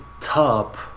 top